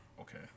Okay